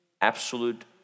absolute